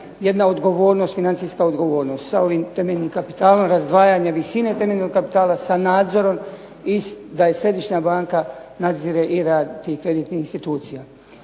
jedna odgovornost, financijska odgovornost sa ovim temeljnim kapitalom razdvajanja visine temeljnog kapitala sa nadzorom i da Središnja banka nadire i rad tih kreditnih institucija.